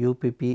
UPI